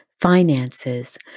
finances